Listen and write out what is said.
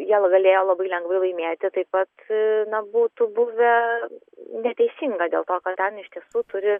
ieva galėjo labai lengvai laimėti taip pat nebūtų buvę neteisinga dėl to kad ten iš tiesų turi